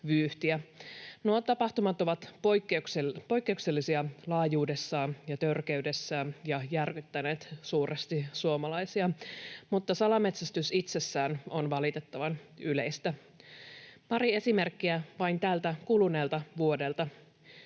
tapahtumat ovat poikkeuksellisia laajuudessaan ja törkeydessään ja järkyttäneet suuresti suomalaisia, mutta salametsästys itsessään on valitettavan yleistä. Pari esimerkkiä vain tältä kuluneelta vuodelta: